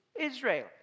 Israel